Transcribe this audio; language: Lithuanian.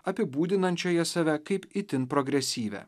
apibūdinančioje save kaip itin progresyvią